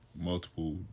multiple